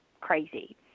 crazy